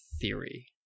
theory